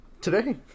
Today